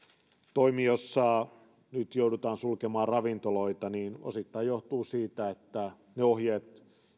toimi jossa nyt joudutaan sulkemaan ravintoloita osittain johtuu siitä että ne ohjeet